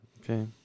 Okay